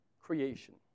Creation